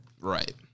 Right